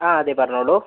അ അ പറഞ്ഞോളു